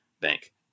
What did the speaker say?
Bank